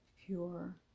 pure